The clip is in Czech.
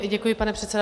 Děkuji, pane předsedo.